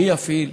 מי יפעיל?